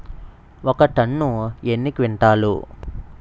ఒక టన్ను ఎన్ని క్వింటాల్లు?